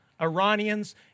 Iranians